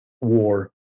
war